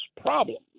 problems